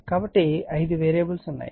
కాబట్టి ఐదు వేరియబుల్స్ ఉన్నాయి